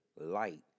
light